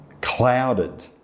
clouded